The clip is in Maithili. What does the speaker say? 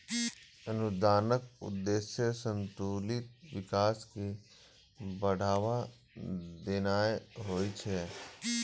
अनुदानक उद्देश्य संतुलित विकास कें बढ़ावा देनाय होइ छै